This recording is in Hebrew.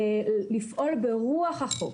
לפעול ברוח החוק.